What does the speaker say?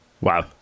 Wow